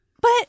But-